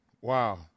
Wow